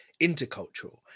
intercultural